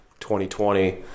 2020